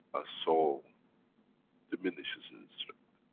ah soul diminishes in strength.